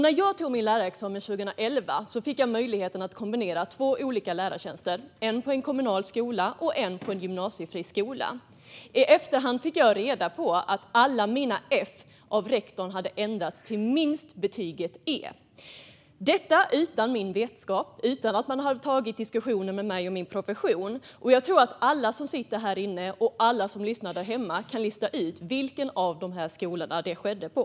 När jag tog min lärarexamen 2011 fick jag möjligheten att kombinera två olika lärartjänster; en på en kommunal skola och en på en gymnasiefriskola. I efterhand fick jag reda på att alla mina F hade ändrats av rektorn till minst betyget E - detta utan min vetskap och utan att ta diskussionen med mig och min profession. Jag tror att alla som sitter här och alla som lyssnar hemma kan lista ut vilken av skolorna det skedde på.